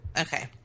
Okay